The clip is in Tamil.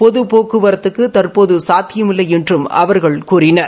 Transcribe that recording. பொது போக்குவரத்துக்கு தற்போது சாத்தியமில்லை என்றும் அவர்கள் கூறினர்